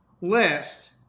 list